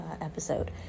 episode